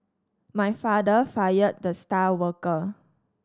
my father fired the star worker